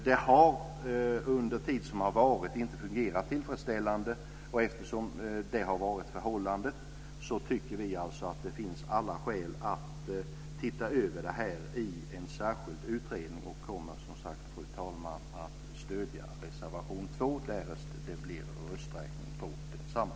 Det har under den tid som varit inte fungerat tillfredsställande, och eftersom det har varit förhållandet tycker vi alltså att det finns alla skäl att titta över det här i en särskild utredning. Vi kommer som sagt, fru talman, att stödja reservation 2 därest det blir rösträkning om densamma.